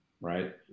right